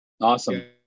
awesome